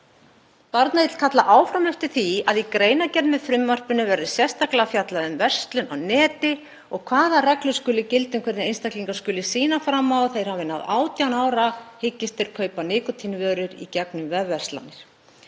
Barnaheill kalla áfram eftir því að í greinargerð með frumvarpinu verði sérstaklega fjallað um verslun á neti og hvaða reglur skuli gilda um hvernig einstaklingar skuli sýna fram á að þeir hafi náð 18 ára aldri hyggist þeir kaupa nikótínvörur í gegnum vefverslanir.